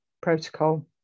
protocol